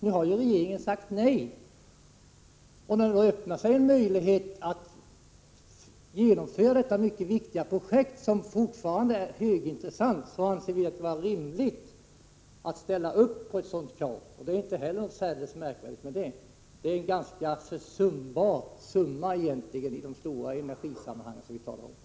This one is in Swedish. Nu har regeringen sagt nej, och när det då öppnas en möjlighet att genomföra det mycket viktiga projektet, som fortfarande är högintressant, är det rimligt att man ställer sig bakom ett sådant krav. Det är inte något särskilt märkvärdigt med det heller — det gäller ett försumbart belopp i de stora energisammanhangen.